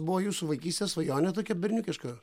buvo jūsų vaikystės svajonė tokia berniukiška